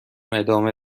ادامه